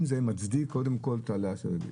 זה מצדיק קודם כל את ההעלאה של הריבית.